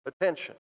attention